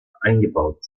eingebaut